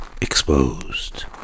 exposed